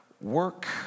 Work